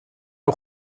nhw